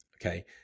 Okay